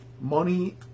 Money